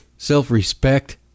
Self-respect